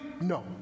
No